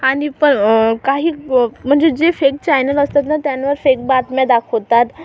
आणि प् काही म्हणजे जे फेक चॅनेल असतात न त्यांवर फेक बातम्या दाखवतात